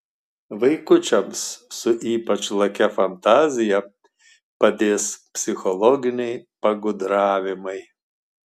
vaikučiams su ypač lakia fantazija padės psichologiniai pagudravimai